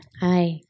Hi